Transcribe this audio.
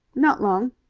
not long.